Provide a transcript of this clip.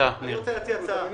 אני רוצה להציע הצעה לסדר.